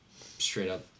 straight-up